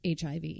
HIV